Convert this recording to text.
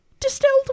Distilled